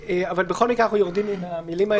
בכל מקרה, אנחנו יורדים מהמילים האלה.